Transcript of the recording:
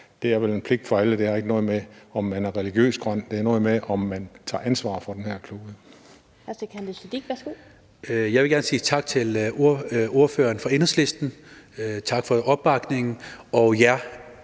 Det er vel en pligt for alle. Det har ikke noget at gøre med, om man er religiøst grøn. Det har noget at gøre med, om man tager ansvar for den her klode.